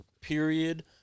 period